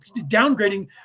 downgrading